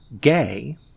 gay